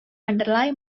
underlie